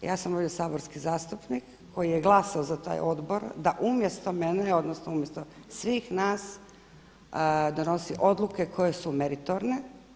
Ja sam ovdje saborski zastupnik koji je glasao za taj odbor da umjesto mene odnosno umjesto svih nas donosi odluke koje su meritorne.